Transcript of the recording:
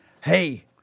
hey